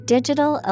Digital